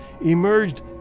emerged